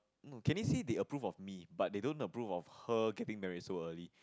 no Candy say they approve of me but they don't approve for her getting married so early